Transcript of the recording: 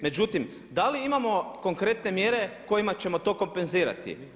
Međutim, da li imamo konkretne mjere kojima ćemo to kompenzirati?